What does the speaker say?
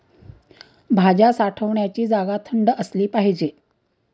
भाज्या साठवण्याची जागा थंड असली पाहिजे